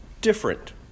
different